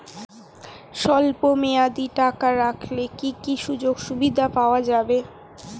স্বল্পমেয়াদী টাকা রাখলে কি কি সুযোগ সুবিধা পাওয়া যাবে?